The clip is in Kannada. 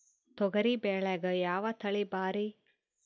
ತೊಗರಿ ಬ್ಯಾಳ್ಯಾಗ ಯಾವ ತಳಿ ಭಾರಿ?